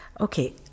Okay